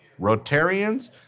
Rotarians